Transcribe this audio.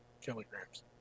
kilograms